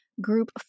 Group